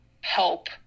help